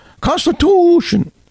Constitution